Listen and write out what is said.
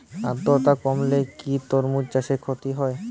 আদ্রর্তা কমলে কি তরমুজ চাষে ক্ষতি হয়?